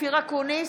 אופיר אקוניס,